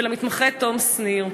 ולמתמחה תום שניר.